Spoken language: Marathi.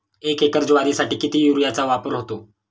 एक एकर ज्वारीसाठी किती युरियाचा वापर होतो?